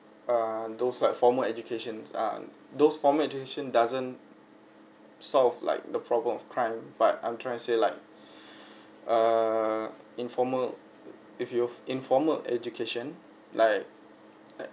err those like formal educations ah those formal education doesn't solve like the problem of crime but I'm trying to say like err informal if you've informal education like